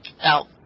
out